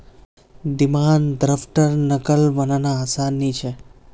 demand द्रफ्टर नक़ल बनाना आसान नि छे